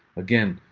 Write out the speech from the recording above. again,